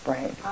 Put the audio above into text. Right